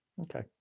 Okay